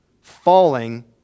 falling